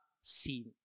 seen